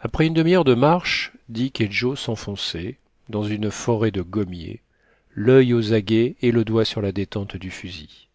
après une demi-heure de marche dick et joe s'enfonçaient dans une forêt de gommiers l'il aux aguets et le doigt sur la détente du fusil